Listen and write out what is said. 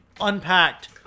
unpacked